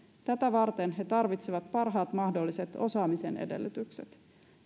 tätä varten he tarvitsevat parhaat mahdolliset osaamisen edellytykset